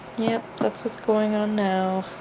yeah, that's what's going on now,